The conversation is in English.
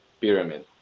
pyramid